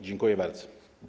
Dziękuję bardzo.